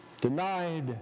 denied